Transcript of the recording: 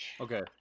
Okay